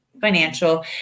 financial